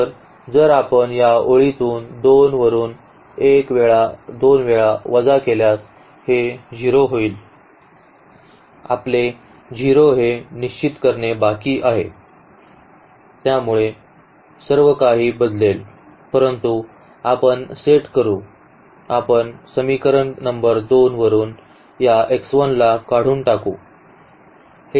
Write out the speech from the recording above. तर जर आपण या ओळीतून 2 वरुन 1 वेळा 2 वेळा वजा केल्यास हे 0 होईल आपले 0 हे निश्चित करणे बाकी आहे त्यानुसार सर्व काही बदलेल परंतु आपण सेट करू आपण समीकरण नंबर 2 वरून या x 1 ला काढून टाकू